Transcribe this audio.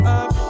up